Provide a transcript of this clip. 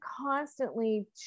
constantly